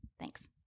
thanks